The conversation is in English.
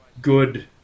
good